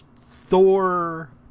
Thor